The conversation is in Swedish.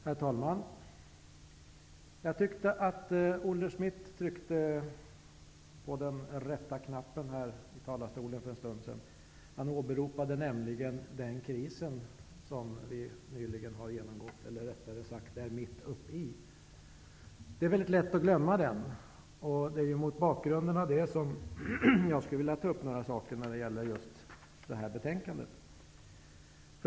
Herr talman! Jag tyckte att Olle Schmidt tryckte på den rätta knappen i talarstolen för en stund sedan. Han åberopade nämligen den kris som vi nyligen har genomgått eller rättare sagt är mitt uppe i. Det är mycket lätt att glömma den. Det är mot bakgrund av det som jag skulle vilja ta upp några saker som gäller detta betänkande.